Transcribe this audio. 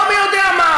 טעם רע, לא מי יודע מה.